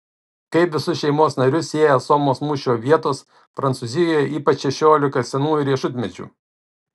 kaip visus šeimos narius sieja somos mūšio vietos prancūzijoje ypač šešiolika senų riešutmedžių